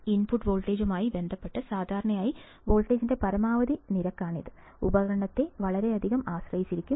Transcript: input വോൾട്ടേജുമായി ബന്ധപ്പെട്ട് സാധാരണയായി വോൾട്ടേജിന്റെ പരമാവധി നിരക്ക് ഉപകരണത്തെ വളരെയധികം ആശ്രയിച്ചിരിക്കുന്നു